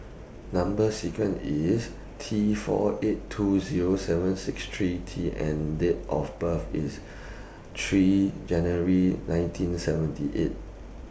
Number sequence IS T four eight two Zero seven six three T and Date of birth IS three January nineteen seventy eight